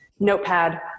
notepad